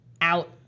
out